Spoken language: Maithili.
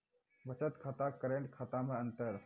बचत खाता करेंट खाता मे अंतर?